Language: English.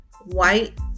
White